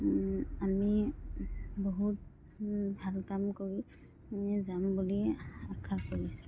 আমি বহুত ভাল কাম কৰি যাম বুলি আশা কৰিছোঁ